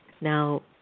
Now